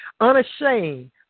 unashamed